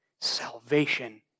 Salvation